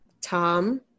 Tom